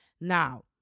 Now